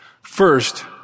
First